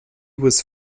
was